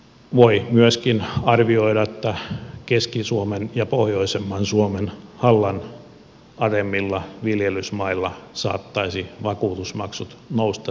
voi myöskin arvioida että keski suomen ja pohjoisemman suomen hallanaremmilla viljelysmailla saattaisivat vakuutusmaksut nousta suuremmiksi